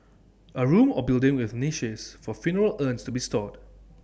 A room or building with niches for funeral urns to be stored